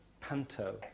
panto